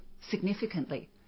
significantly